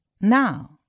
now